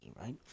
right